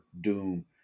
Doom